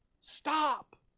Stop